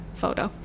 photo